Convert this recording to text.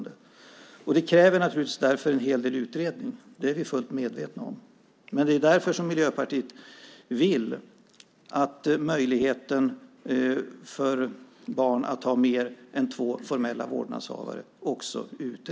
Det krävs därför en hel del utredande, vilket vi är fullt medvetna om. Det är därför som Miljöpartiet vill att man utreder om det är möjligt för barn att ha fler än två formella vårdnadshavare.